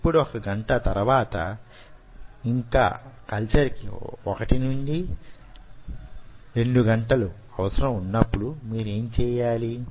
ఇప్పుడు వొక గంట తరువాత యింకా కల్చర్ కి 1 నుంచి 2 గంటలు అవసరం వున్నప్పుడు మీరేం చేయాలి